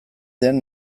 den